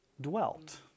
dwelt